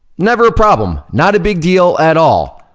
never a problem, not a big deal at all,